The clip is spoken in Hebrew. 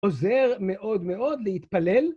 ‫עוזר מאוד מאוד להתפלל.